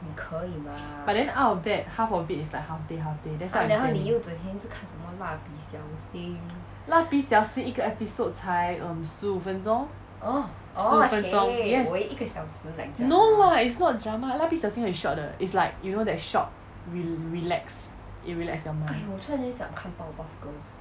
but then out of that half of it is like half day half day that's why I can 蜡笔小新一个 episode 才 um 十五分钟十五分钟 yes no lah it's not drama 蜡笔小新 is short 的 is like you know the short relax it relax your mind